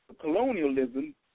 colonialism